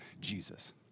Jesus